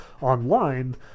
online